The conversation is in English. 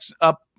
up